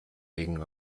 regen